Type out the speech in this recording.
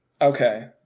Okay